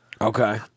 Okay